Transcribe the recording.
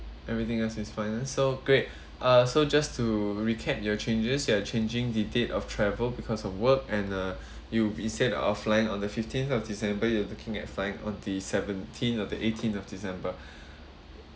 everything else is fine ah so great uh so just to recap your changes you are changing the date of travel because of work and uh you instead of flying on the fifteenth of december you are looking at flying on the seventeenth or the eighteenth of december